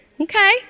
Okay